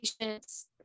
patients